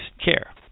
care